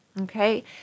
okay